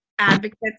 Advocates